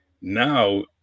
Now